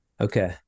Okay